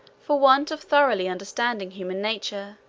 for want of thoroughly understanding human nature,